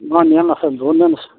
নহয় নিয়ম আছে বহুত নিয়ম আছে